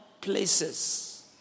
places